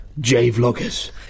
J-Vloggers